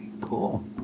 Cool